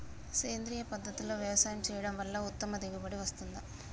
సేంద్రీయ పద్ధతుల్లో వ్యవసాయం చేయడం వల్ల ఉత్తమ దిగుబడి వస్తుందా?